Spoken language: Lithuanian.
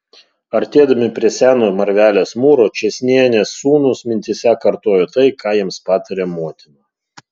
artėdami prie seno marvelės mūro čėsnienės sūnūs mintyse kartojo tai ką jiems patarė motina